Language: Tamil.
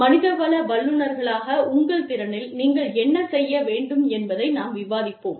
மனிதவள வல்லுநர்களாக உங்கள் திறனில் நீங்கள் என்ன செய்ய வேண்டும் என்பதை நாம் விவாதித்தோம்